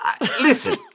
listen